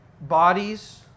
bodies